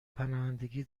پناهندگی